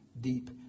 deep